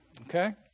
okay